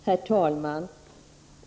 Herr talman!